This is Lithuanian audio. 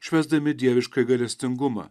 švęsdami dieviškąjį gailestingumą